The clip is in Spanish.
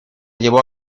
llevó